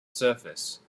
surface